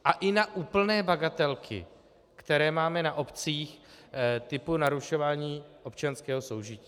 A i na úplné bagatelky, které máme na obcích, typu narušování občanského soužití.